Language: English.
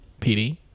PD